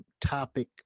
topic